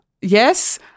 Yes